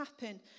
happen